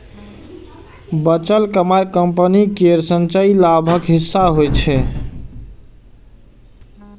बचल कमाइ कंपनी केर संचयी लाभक हिस्सा होइ छै